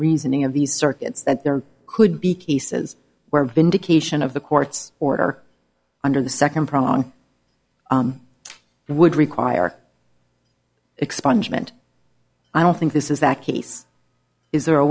reasoning of these circuits that there could be cases where vindication of the court's order under the second prong would require expungement i don't think this is that case is there a